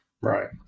Right